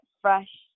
fresh